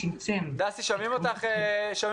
אני שבה